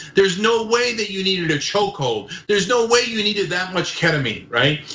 there's no way that you needed a chokehold. there's no way you needed that much ketamine, right?